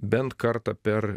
bent kartą per